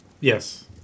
Yes